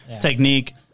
technique